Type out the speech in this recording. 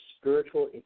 spiritual